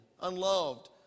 unloved